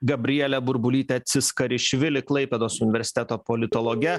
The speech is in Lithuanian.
gabriele burbulyte ciskarišvili klaipėdos universiteto politologe